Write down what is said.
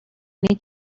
many